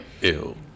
ew